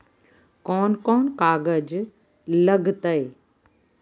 कौन कौन कागज लग तय?